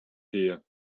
here